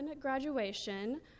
graduation